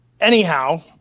anyhow